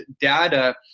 data